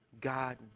God